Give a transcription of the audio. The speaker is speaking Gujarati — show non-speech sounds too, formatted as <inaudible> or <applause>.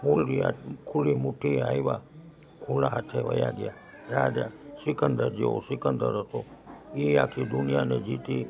<unintelligible> ખુલ્લી મુઠ્ઠી આવ્યા ખુલ્લા હાથે વયા ગયા રાજા સિકંદર જેવો સિકંદર હતો એ આખી દુનિયાને જીતી